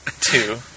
two